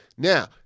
Now